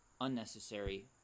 unnecessary